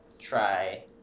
Try